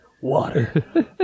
Water